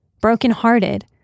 brokenhearted